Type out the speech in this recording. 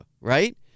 right